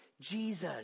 Jesus